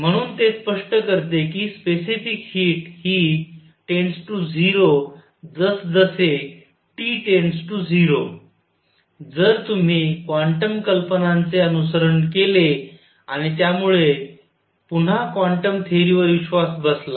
म्हणून ते स्पष्ट करते कि स्पेसिफिक हीट हि 0 जस जसे टी 0 जर तुम्ही क्वांटम कल्पनांचे अनुसरण केले आणि त्यामुळे पुन्हा क्वांटम थेअरीवर विश्वास बसला